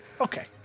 Okay